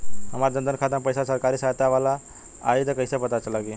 हमार जन धन खाता मे पईसा सरकारी सहायता वाला आई त कइसे पता लागी?